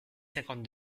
cinquante